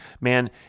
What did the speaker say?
Man